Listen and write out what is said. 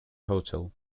hotel